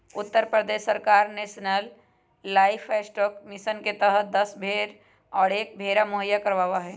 उत्तर प्रदेश सरकार national livestock mission के तहद दस भेंड़ और एक भेंड़ा मुहैया करवावा हई